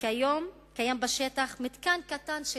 וכיום קיים בשטח מתקן קטן של